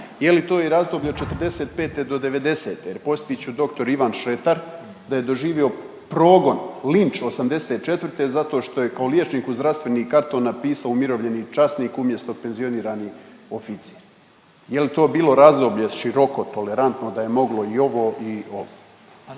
Je li to i razdoblje od '45. do '90., jer podsjetit ću, dr. Ivan Šretar, da je doživio progon, linč '84. zato što je kao liječnik u zdravstveni karton napisao umirovljeni časnik umjesto penzionirani oficir. Je li to bilo razdoblje široko, tolerantno, da je moglo i ovo i ovo?